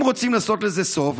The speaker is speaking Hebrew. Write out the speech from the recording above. אם רוצים לעשות לזה סוף,